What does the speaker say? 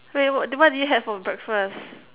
wait what what did you have for breakfast